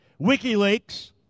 WikiLeaks